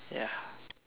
ya